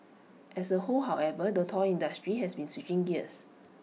as A whole however the toy industry has been switching gears